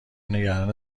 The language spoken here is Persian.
نگران